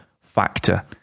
factor